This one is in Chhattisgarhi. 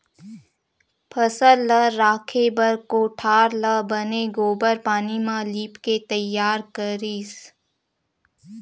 फसल ल राखे बर कोठार ल बने गोबार पानी म लिपके तइयार करतिस